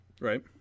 Right